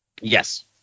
Yes